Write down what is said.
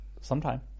sometime